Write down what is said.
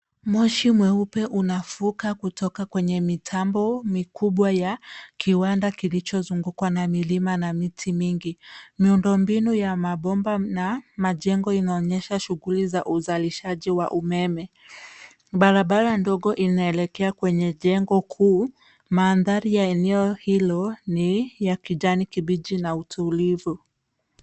Moshi mweupe unafuka kutoka kwenye mitambo mikubwa ya kiwanda kilichozungukwa na milima na miti mingi. Miundombinu ya mabomba na majengo inaonyesha shughuli za uzalishaji wa umeme. Barabara ndogo inaelekea kwenye jengo kuu. Mandhari ya eneo hilo ni la kijani kibichi na utulivu.